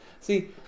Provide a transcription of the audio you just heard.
See